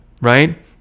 right